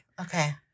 okay